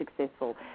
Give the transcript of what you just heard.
successful